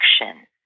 action